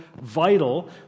vital